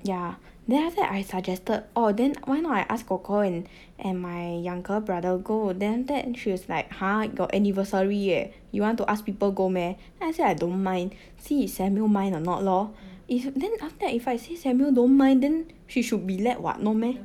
yeah then after that I suggested orh then why not I ask kor kor and and my younger brother go then that she was like !huh! your anniversary eh you want to ask people go meh then I say I don't mind see if samuel mind or not lor if then after that if I say samuel don't mind then she should be let [what] no meh